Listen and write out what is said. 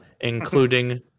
including